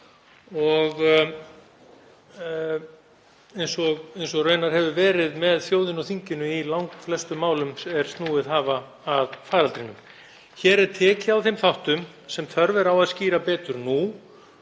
eins og raunar hefur verið hjá þjóðinni og þinginu í langflestum málum er snúið hafa að faraldrinum. Hér er tekið á þeim þáttum sem þörf er á að skýra betur nú